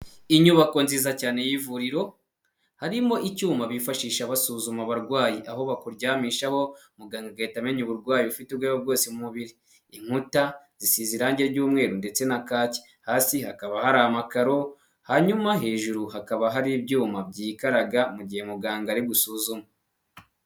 Inyubako nziza cyane y'ivuriro harimo icyuma bifashisha basuzuma abarwayi aho bakuryamishaho muganga ugahita amenya uburwayi ufite ubwoya bwose mu mubiri, inkuta zisize irangi ry'umweru ndetse na kaki hasi hakaba hari amakaro, hanyuma hejuru hakaba hari ibyuma byikaraga mu gihe muganga ari gusuzuma.